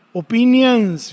opinions